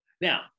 Now